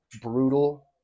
brutal